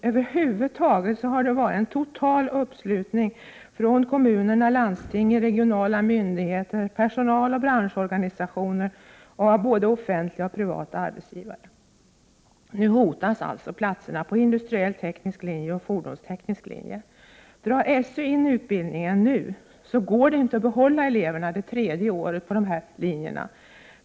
Över huvud taget har det varit en total uppslutning från kommunerna, landstinget, regionala myndigheter, personaloch branchsorganisationer och av både offentliga och privata arbetsgivare. Nu hotas alltså platserna på industriell teknisk linje och fordonsteknisk linje. Drar SÖ in utbildningen går det inte att behålla eleverna det tredje året på dessa linjer.